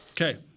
Okay